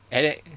and then